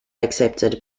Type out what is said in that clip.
accepted